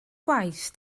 gwaith